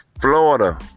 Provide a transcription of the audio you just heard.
Florida